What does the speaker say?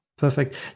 Perfect